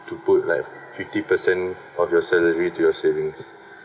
to put like fifty percent of your salary to your savings